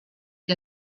que